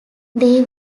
they